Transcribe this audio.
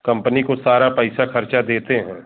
company को सारा पैसा खर्चा देते हैं